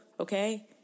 Okay